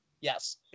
Yes